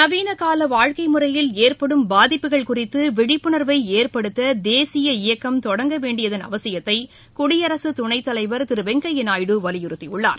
நவீனகால வாழ்க்கை முறையில் ஏற்படும் பாதிப்புகள் குறித்து விழிப்புணர்வை ஏற்படுத்த தேசிய இயக்கம் தொடங்க வேண்டியதன் அவசியத்தை குடியரசுத் துணைத் தலைவர் திரு வெங்கய்யா நாயுடு வலியுறுத்தியுள்ளார்